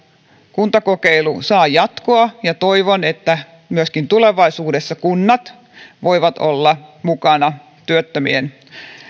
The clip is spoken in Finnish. kuntakokeilu saa jatkoa ja toivon että myöskin tulevaisuudessa kunnat voivat olla mukana työttömien